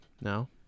now